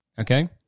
Okay